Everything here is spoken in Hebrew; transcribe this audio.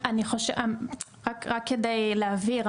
רק כדי להבהיר,